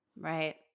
Right